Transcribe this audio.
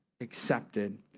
accepted